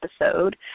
episode